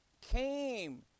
came